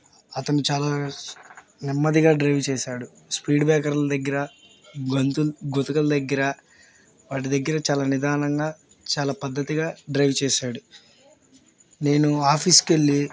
అతను చాలా నెమ్మదిగా డ్రైవ్ చేశాడు స్పీడ్ బేకర్ల దెగ్గరా గొంతుల గుతకల దెగ్గరా వాటి దెగ్గర చాలా నిదానంగా చాలా పద్ధతిగా డ్రైవ్ చేశాడు నేను ఆఫీసుకెళ్ళి